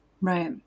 Right